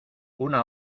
una